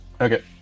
Okay